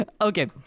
Okay